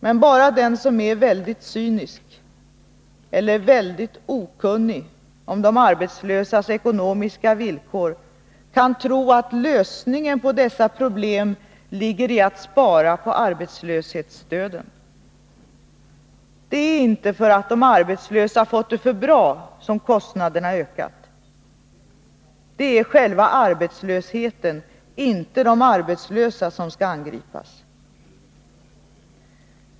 Men bara den som är väldigt cynisk eller väldigt okunnig om de arbetslösas ekonomiska villkor kan tro att lösningen på dessa problem ligger i att spara på arbetslöshetsstödet. Det är inte därför att de arbetslösa fått det för bra som kostnaderna har ökat. Det är själva arbetslösheten — inte de arbetslösa — som skall angripas.